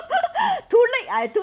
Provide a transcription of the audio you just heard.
too late I too